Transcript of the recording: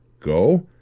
go?